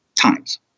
times